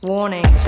Warning